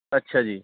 ਅੱਛਾ ਜੀ